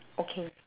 okay